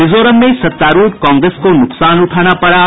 मिजोरम में सत्तारूढ़ कांग्रेस को नुकसान उठाना पड़ा